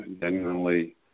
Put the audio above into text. Genuinely